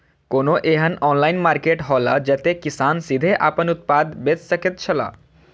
कोनो एहन online market हौला जते किसान सीधे आपन उत्पाद बेच सकेत छला?